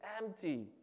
empty